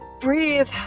breathe